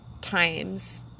times